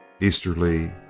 Easterly